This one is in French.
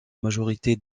majorité